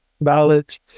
ballots